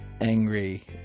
angry